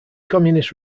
communist